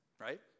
right